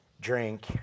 drink